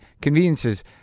conveniences